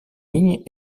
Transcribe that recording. ligne